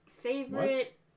Favorite